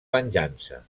venjança